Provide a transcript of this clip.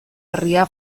herria